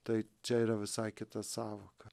tai čia yra visai kita sąvoka